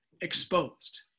exposed